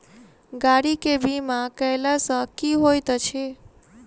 गाड़ी केँ बीमा कैला सँ की होइत अछि?